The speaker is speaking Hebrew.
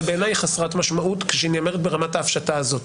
בעיניי היא חסרת משמעות כשהיא נאמרת ברמת ההפשטה הזאת.